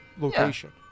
location